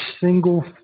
single